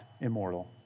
immortal